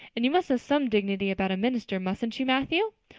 and you must have some dignity about a minister, mustn't you, matthew?